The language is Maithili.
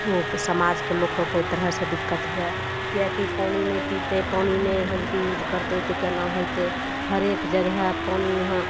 समाजके लोकके कोइ तरहसँ दिक्कत हुवए किएक कि पानि नहि पीतय पानि नहि यहाँ जे कि यूज करतय तऽ केना होयतय हरेक जगह पानि यहाँ